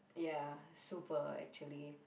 ya super actually